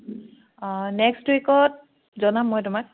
অঁ নেক্সট উইকত জনাম মই তোমাক